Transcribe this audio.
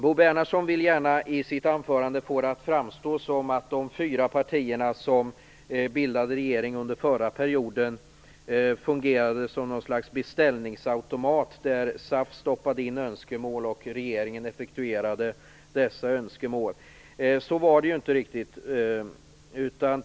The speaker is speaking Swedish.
Bo Bernhardsson vill gärna i sitt anförande få det hela att framstå så att de fyra partier som förra perioden bildade regering fungerade som ett slags beställningsautomat, där SAF stoppade in önskemål. Sedan effektuerade regeringen dessa önskemål. Men det var inte riktigt så.